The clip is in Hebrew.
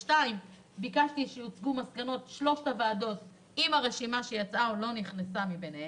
ביקשתי שיוצגו מסקנות שלושת הוועדות עם הרשימה שיצאה מהן.